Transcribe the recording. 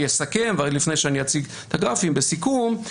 לסיכום,